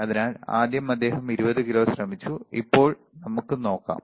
അതിനാൽ ആദ്യം അദ്ദേഹം 20 കിലോ ശ്രമിച്ചു ഇപ്പോൾ നമുക്ക് നോക്കാം